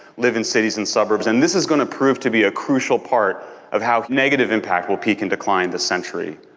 live in cities and suburbs and this is going to prove to be a crucial part of how negative impact will peak and decline in this century.